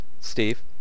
Steve